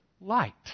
light